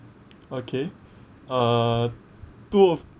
okay uh two of